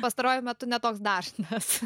pastaruoju metu ne toks dažnas